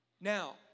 Now